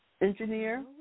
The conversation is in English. engineer